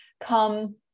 come